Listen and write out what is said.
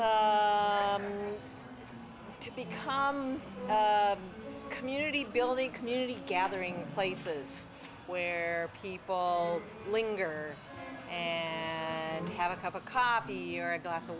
that to become community building community gathering places where people linger and have a cup of coffee or a glass of